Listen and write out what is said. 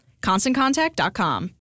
ConstantContact.com